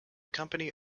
company